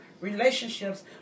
relationships